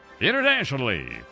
internationally